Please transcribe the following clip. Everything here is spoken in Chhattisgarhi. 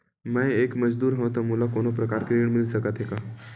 मैं एक मजदूर हंव त मोला कोनो प्रकार के ऋण मिल सकत हे का?